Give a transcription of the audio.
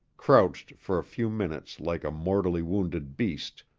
crouched for a few minutes like a mortally wounded beast,